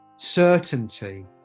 certainty